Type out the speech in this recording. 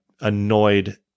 annoyed